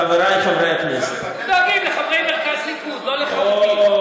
אתם דואגים לחברי מרכז ליכוד, לא לחרדים.